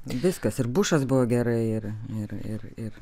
viskas ir bušas buvo gerai ir ir ir ir